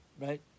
Right